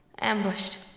Ambushed